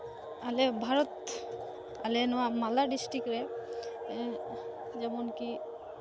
ᱟᱞᱮ ᱵᱷᱟᱨᱚᱛ ᱟᱞᱮ ᱱᱚᱣᱟ ᱢᱟᱞᱫᱟ ᱰᱤᱥᱴᱤᱠ ᱨᱮ ᱡᱮᱢᱚᱱᱠᱤ